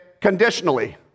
conditionally